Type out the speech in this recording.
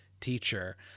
teacher